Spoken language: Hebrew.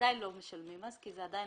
לא משלמים עדיין